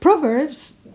Proverbs